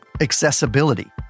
accessibility